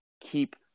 keep